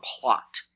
plot